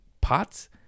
pots